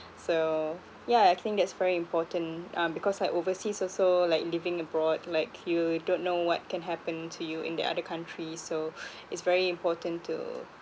so yeah I think that's very important um because like overseas also like living abroad like you don't know what can happen to you in the other country so it's very important to